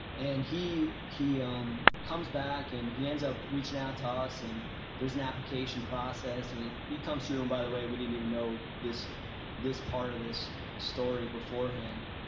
and he he um comes back and he ends of reaching out to us. and there's an application process. and he he comes through, and by the way, we didn't even know that this part of this story beforehand.